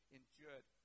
endured